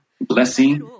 blessing